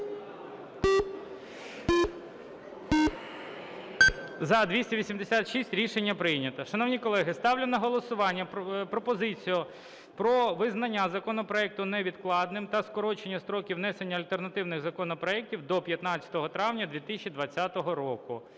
За-286 Рішення прийнято. Шановні колеги, ставлю на голосування пропозицію про визнання законопроекту невідкладним та скорочення строків внесення альтернативних законопроектів до 15 травня 2020 року.